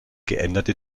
geänderte